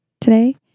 today